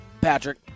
Patrick